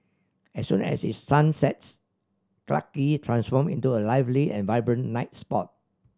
as soon as the sun sets Clarke Quay transform into a lively and vibrant night spot